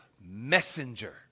messenger